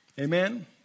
Amen